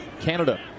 Canada